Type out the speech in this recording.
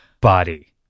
Body